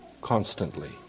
constantly